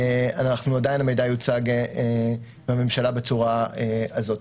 עדיין המידע יוצג בממשלה בצורה הזאת.